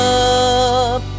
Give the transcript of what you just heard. up